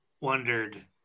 wondered